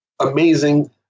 amazing